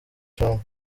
trump